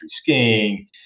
skiing